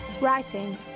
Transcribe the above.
writing